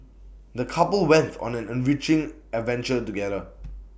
the couple went on an enriching adventure together